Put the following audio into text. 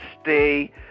stay